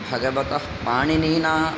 भगवतः पाणिनीना